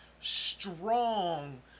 strong